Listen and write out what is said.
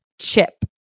chip